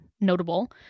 notable